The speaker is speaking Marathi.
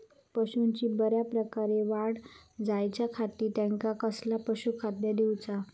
पशूंची बऱ्या प्रकारे वाढ जायच्या खाती त्यांका कसला पशुखाद्य दिऊचा?